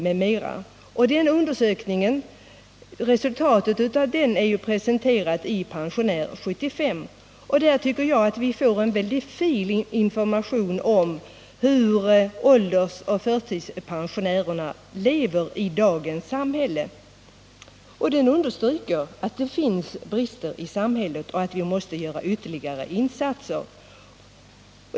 Resultatet av den undersökningen är presenterat i Pensionär 75, och där tycker jag att vi får en väldigt fin information om hur åldersoch förtidspensionärerna lever i dagens samhälle. Den redovisningen understryker att det finns brister i samhället och att vi måste göra ytterligare insatser.